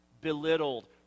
belittled